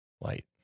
light